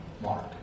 Mark